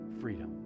freedom